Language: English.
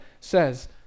says